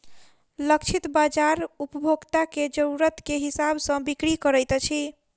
लक्षित बाजार उपभोक्ता के जरुरत के हिसाब सॅ बिक्री करैत अछि